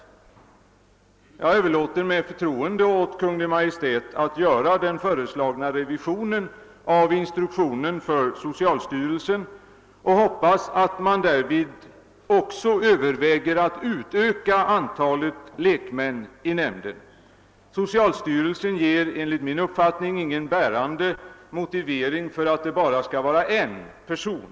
Jag överlåter med förtroende åt Kungl. Maj:t att göra den föreslagna révisionen av instruktionen för socialstyrelsen, och jag hoppas att man därvid också överväger att öka antalet lekmän i nämnden. Socialstyrelsen ger enligt min uppfattning ingen bärande motivering för att ökningen skall vara bara en person.